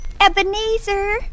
Ebenezer